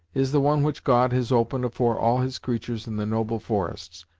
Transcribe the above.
is the one which god has opened afore all his creatur's in the noble forests,